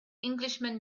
englishman